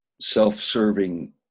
self-serving